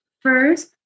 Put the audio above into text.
first